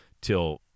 till